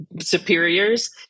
superiors